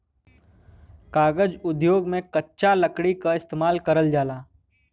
कागज उद्योग में कच्चा लकड़ी क इस्तेमाल करल जाला